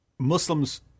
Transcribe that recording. Muslims